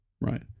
right